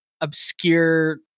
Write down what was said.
obscure